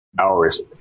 hours